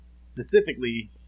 specifically